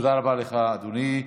תודה רבה לך, אדוני.